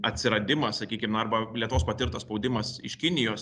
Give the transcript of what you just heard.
atsiradimas sakykim na arba lietuvos patirtas spaudimas iš kinijos